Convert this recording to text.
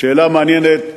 שאלה מעניינת.